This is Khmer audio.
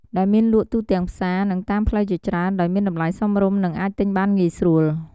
ដែលមានលក់ទូទាំងផ្សារ និងតាមផ្លូវជាច្រើន ដោយមានតម្លៃសមរម្យ និងអាចទិញបានងាយស្រួល។